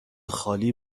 خالی